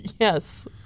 Yes